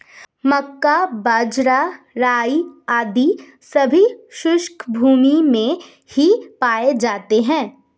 मक्का, बाजरा, राई आदि सभी शुष्क भूमी में ही पाए जाते हैं